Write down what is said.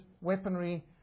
weaponry